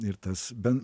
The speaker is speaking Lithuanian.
ir tas be